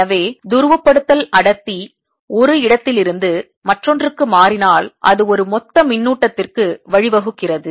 எனவே துருவப்படுத்தல் அடர்த்தி ஒரு இடத்திலிருந்து மற்றொன்றுக்கு மாறினால் அது ஒரு மொத்த மின்னூட்டத்திற்கு வழிவகுக்கிறது